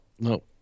No